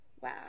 Wow